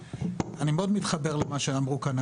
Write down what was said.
אני מאוד מתחבר למה שהאנשים אמרו כאן,